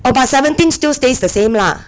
about seventeen still stays the same lah